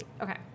okay